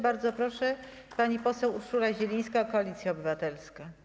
Bardzo proszę, pani poseł Urszula Zielińska, Koalicja Obywatelska.